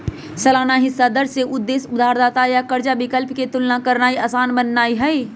सालाना हिस्सा दर के उद्देश्य उधारदाता आ कर्जा विकल्प के तुलना करनाइ असान बनेनाइ हइ